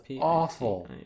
awful